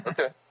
Okay